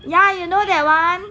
ya you know that one